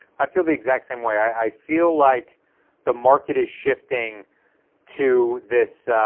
i feel the exact same way, i feel like the market is shifting to this ah.